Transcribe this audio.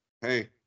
hey